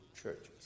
churches